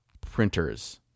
printers